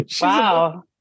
Wow